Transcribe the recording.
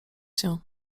się